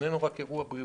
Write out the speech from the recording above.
איננו רק אירוע בריאותי,